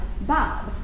Bob